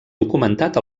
documentat